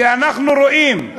כי אנחנו רואים,